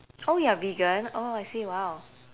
oh you're vegan oh I see !wow!